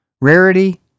rarity